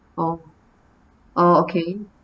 oh oh okay